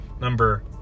Number